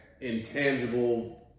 intangible